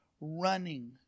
running